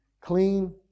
clean